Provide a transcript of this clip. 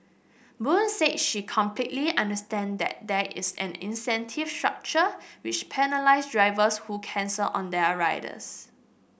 Boon said she completely understand that there is an incentive structure which penalise drivers who cancel on their riders